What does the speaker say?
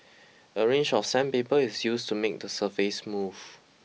a range of sandpaper is used to make the surface smooth